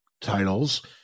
titles